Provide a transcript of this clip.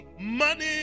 money